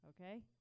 Okay